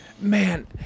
Man